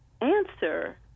answer